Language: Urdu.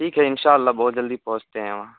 ٹھیک ہے انشاء اللہ بہت جلدی پہنچتے ہیں وہاں